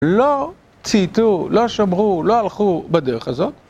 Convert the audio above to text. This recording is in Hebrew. לא צייתו, לא שמרו, לא הלכו בדרך הזאת